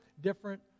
different